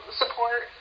support